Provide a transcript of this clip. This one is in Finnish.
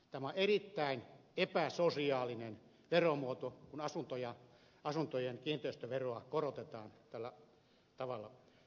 tämä on erittäin epäsosiaalinen veromuoto kun asuntojen kiinteistöveroa korotetaan tällä tavalla